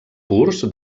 purs